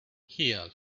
here